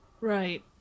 Right